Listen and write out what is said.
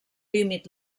límit